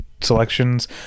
selections